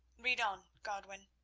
read on, godwin.